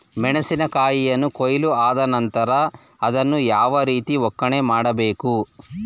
ಮೆಣಸಿನ ಕಾಯಿಯನ್ನು ಕೊಯ್ಲು ಆದ ನಂತರ ಅದನ್ನು ಯಾವ ರೀತಿ ಒಕ್ಕಣೆ ಮಾಡಬೇಕು?